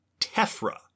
tephra